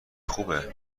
خوبه